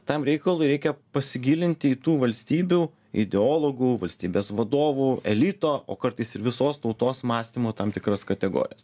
tam reikalui reikia pasigilinti į tų valstybių ideologų valstybės vadovų elito o kartais ir visos tautos mąstymo tam tikras kategorijas